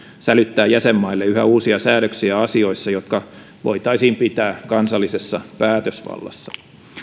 sälyttää jäsenmaille yhä uusia säädöksiä asioissa jotka voitaisiin pitää kansallisessa päätösvallassa